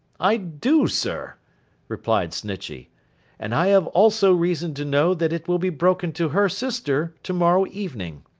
i do, sir replied snitchey and i have also reason to know that it will be broken to her sister to-morrow evening.